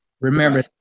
Remember